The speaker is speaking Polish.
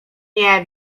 nie